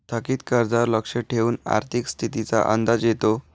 थकीत कर्जावर लक्ष ठेवून आर्थिक स्थितीचा अंदाज येतो